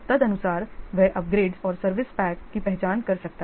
तदनुसार वह अपग्रेड और इस सर्विस पैक की पहचान कर सकता है